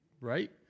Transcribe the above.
Right